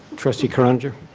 trustee croninger?